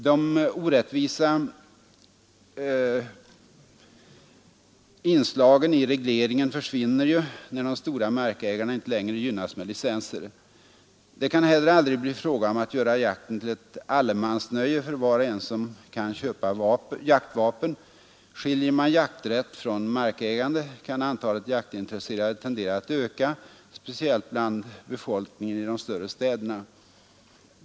De orättvisa inslagen i regleringen försvinner ju, när de stora markägarna inte längre gynnas med licenser. Det kan heller aldrig bli fråga om att göra jakten till ett allemansnöje för var och en som kan köpa jaktvapen. Skiljer man jakträtt från markägande, kan antalet jaktintresserade tendera att öka, speciellt bland befolkningen i de större städerna.